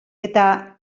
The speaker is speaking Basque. eta